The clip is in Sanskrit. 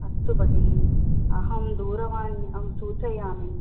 अस्तु भगिनी अहं दूरवाण्यं सूचयामि